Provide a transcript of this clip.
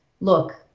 look